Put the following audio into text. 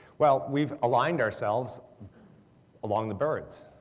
well, we've aligned ourselves along the birds.